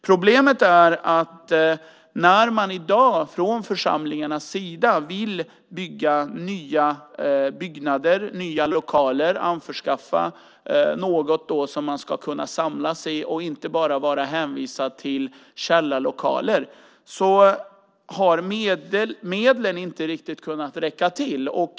Problemet är att när församlingarna i dag vill bygga nya byggnader, nya lokaler, anförskaffa något som man ska kunna samlas i och inte bara vara hänvisad till källarlokaler, har medlen inte riktigt räckt till.